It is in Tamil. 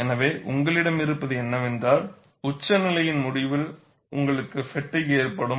எனவே உங்களிடம் இருப்பது என்னவென்றால் உச்சநிலையின் முடிவில் உங்களுக்கு பெட்டிக் ஏற்படும்